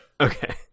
Okay